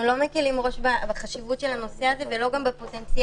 אנחנו לא מקלים ראש בחשיבות של הנושא וגם לא בפוטנציאל,